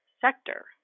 sector